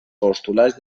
postulats